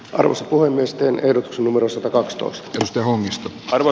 rusin puhemiesten eduksi numero satakaksitoista teosta hongisto sanoo